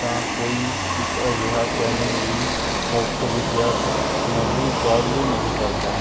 ਤਾਂ ਕੋਈ ਇੱਕ ਅਜਿਹਾ ਚੈਨਲ ਵੀ ਮੁਫਤ ਵਿੱਦਿਅਕ ਸਮੱਗਰੀ ਉਪਲਬਧ ਨਹੀਂ ਕਰਦਾ